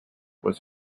was